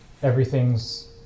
Everything's